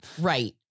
right